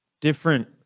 different